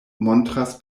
montras